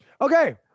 Okay